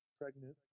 pregnant